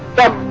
bet,